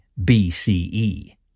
BCE